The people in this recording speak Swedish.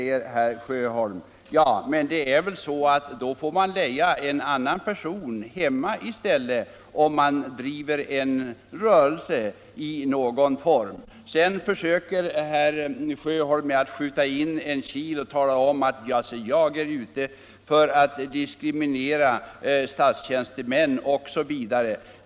Men under den tiden får väl jordbrukaren —- och andra som driver rörelse i någon form — leja en annan person för sitt arbete hemma. Sedan försöker herr Sjöholm påstå att jag är ute för att diskriminera statstjänstemän osv.